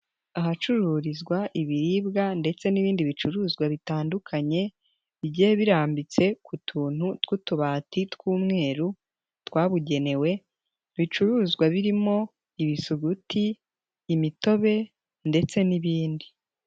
Ahacururizwa ibiribwa ndetse n'ibindi bicuruzwa bitandukanye bigiye birambitse ku tuntu tw'utubati tw'umweru twabugenewe, ibicuruzwa birimo ibisuguti, imitobe ndetse n'ibindi.